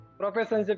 profession